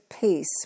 peace